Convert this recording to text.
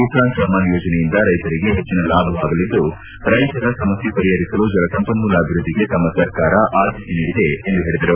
ಕಿಸಾನ್ ಸಮ್ಮಾನ್ ಯೋಜನೆಯಿಂದ ರೈತರಿಗೆ ಪೆಚ್ಚಿನ ಲಾಭವಾಗಲಿದ್ದು ರೈತರ ಸಮಸ್ಯೆ ವರಿಹರಿಸಲು ಜಲಸಂಪನ್ಮೂಲ ಅಭಿವೃದ್ಧಿಗೆ ತಮ್ಮ ಸರ್ಕಾರ ಆದ್ಯತೆ ನೀಡಿದೆ ಎಂದು ಹೇಳಿದರು